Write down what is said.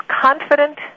confident